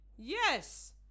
yes